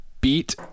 beat